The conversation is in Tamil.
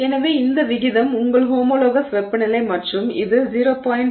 எனவே இந்த விகிதம் உங்கள் ஹோமோலோகஸ் வெப்பநிலை மற்றும் இது 0